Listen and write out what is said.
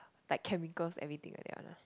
like chemicals everything like that one ah